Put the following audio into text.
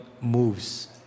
moves